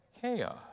Chaos